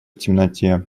темноте